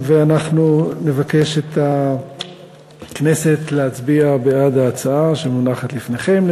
ואנחנו נבקש מהכנסת להצביע בעד ההצעה שמונחת לפניכם.